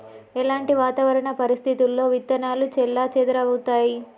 ఎలాంటి వాతావరణ పరిస్థితుల్లో విత్తనాలు చెల్లాచెదరవుతయీ?